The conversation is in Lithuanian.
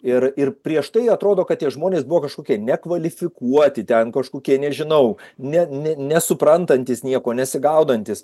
ir ir prieš tai atrodo kad tie žmonės buvo kažkokie nekvalifikuoti ten kažkokie nežinau ne ne nesuprantantys niekuo nesigaudantys